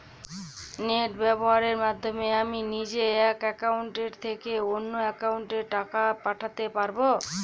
Net ব্যবহারের মাধ্যমে আমি নিজে এক অ্যাকাউন্টের থেকে অন্য অ্যাকাউন্টে টাকা পাঠাতে পারব?